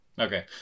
Okay